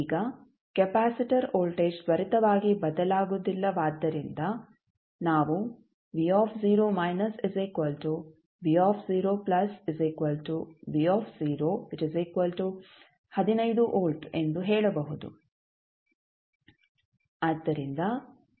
ಈಗ capacitor voltage ತ್ವರಿತವಾಗಿ ಬದಲಾಗುವುದಿಲ್ಲವಾದ್ದರಿಂದ ನಾವು ವೋಲ್ಟ್ ಎಂದು ಹೇಳಬಹುದು